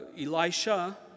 Elisha